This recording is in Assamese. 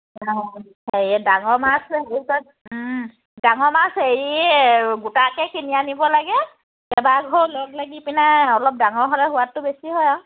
অঁ হেৰি ডাঙৰ মাছ হেৰিত ডাঙৰ মাছ হেৰি গোটাকৈ কিনি আনিব লাগে কেইবা ঘৰো লগ লাগি পিনাই অলপ ডাঙৰ হ'লে সোৱাদটো বেছি হয় আৰু